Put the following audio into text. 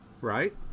right